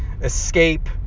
escape